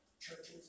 churches